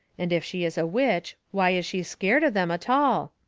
and if she is a witch why is she scared of them a-tall?